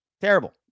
Terrible